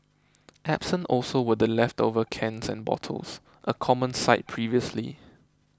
absent also were the leftover cans and bottles a common sight previously